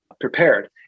prepared